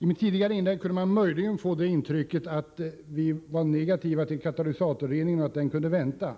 Av mitt tidigare inlägg kunde man möjligen få intrycket att vi var negativa till katalysatorrening och ansåg att den kunde vänta.